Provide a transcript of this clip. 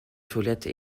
toilettes